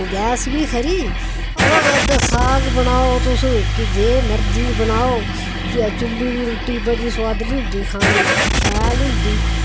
gas बी खरी अबा ते साग आपू बनाओ जो मर्जी बनाओ फ्ही चु'ल्ली दी रुट्टी बड़ी सुआदली होंदी खाने च शैल होंदी